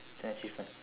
it's an achievement